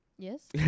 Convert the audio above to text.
yes